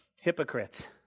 hypocrites